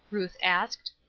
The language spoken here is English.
ruth asked.